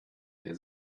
der